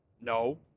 No